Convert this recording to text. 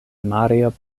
mario